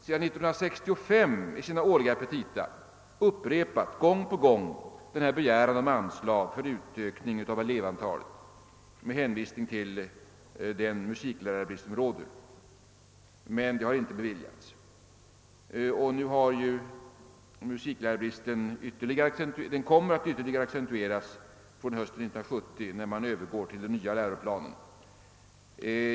Musikkonservatorierna har i sina årliga petita sedan 1965 gång på gång upprepat begäran om anslag för utökning av elevantalet med hänvisning till den musiklärarbrist som råder. Men anslag har inte beviljats, och nu kommer mu-, siklärarbristen att ytterligare accentueras fr, o, m. hösten 1970, när man övergår till den nya läroplanen.